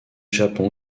japon